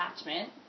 attachment